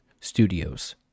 studios